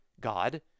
God